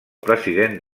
president